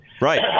Right